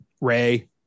Ray